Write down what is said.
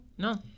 No